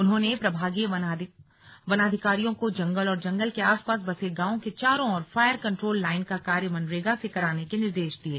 उन्होंने प्रभागीय वनाधिकारियों को जंगल और जंगल के आस पास बसे गांवों के चारों ओर फायर कन्ट्रोल लाइन का कार्य मनरेगा से कराने के निर्देश दिये